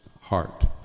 heart